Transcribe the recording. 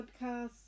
podcasts